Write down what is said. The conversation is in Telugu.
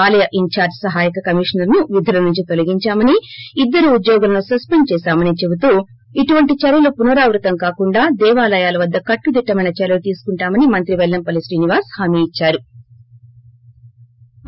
ఆలయ్ ఇన్ఛార్ల్ సహాయ కమిషనర్ ను విధుల నుంచి తొలగించామనీ ఇద్దరు ఉద్యోగులను సస్సెండ్ చేశామని చెబుతూ ఇటువంటి చర్యలు పునరావృతం కాకుండా దేవాలయాల వద్గ కట్టుదిట్లమైన చర్యలు తీసుకుంటామని మంత్రి పెల్లంపల్లి శ్రీనివాస్ హామీ ఇచ్చారు